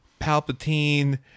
Palpatine